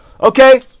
Okay